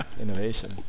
innovation